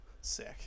Sick